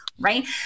Right